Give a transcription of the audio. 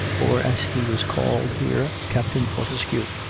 or, as he was called here, captain fortescue.